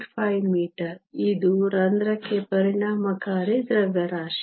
5 ಮಿ ಇದು ರಂಧ್ರಕ್ಕೆ ಪರಿಣಾಮಕಾರಿ ದ್ರವ್ಯರಾಶಿ